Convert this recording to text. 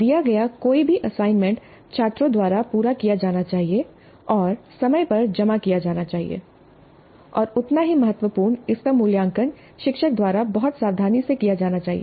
दिया गया कोई भी असाइनमेंट छात्रों द्वारा पूरा किया जाना चाहिए और समय पर जमा किया जाना चाहिए और उतना ही महत्वपूर्ण इसका मूल्यांकन शिक्षक द्वारा बहुत सावधानी से किया जाना चाहिए